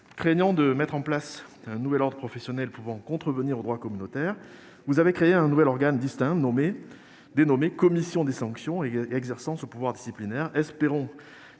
Craignant de mettre en place un nouvel ordre professionnel pouvant contrevenir au droit communautaire, vous avez créé un nouvel organe distinct, dénommé « commission des sanctions », qui exercera ce pouvoir disciplinaire. Espérons